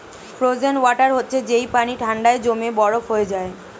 frozen water হচ্ছে যেই পানি ঠান্ডায় জমে বরফ হয়ে যায়